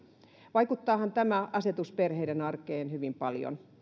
vaikuttaahan tämä asetus perheiden arkeen hyvin paljon